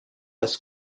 als